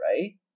right